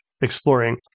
exploring